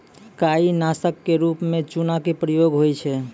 काई नासक क रूप म चूना के प्रयोग होय छै